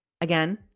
Again